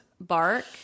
bark